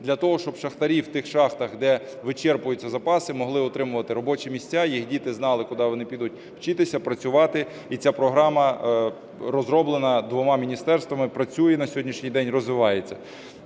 для того, щоб шахтарі в тих шахтах, де вичерпуються запаси, могли отримувати робочі місця, їх діти знали, куди вони підуть вчитися, працювати. І ця програма розроблена двома міністерствами, працює на сьогоднішній день і розвивається.